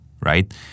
right